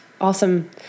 awesome